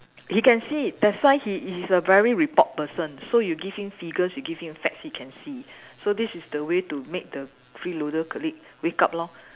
he can see that's why he is a very report person so you give him figures you give him facts he can see so this is the way to make the freeloader colleague wake up lor